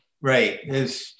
Right